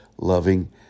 loving